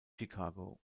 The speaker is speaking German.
chicago